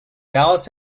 dallas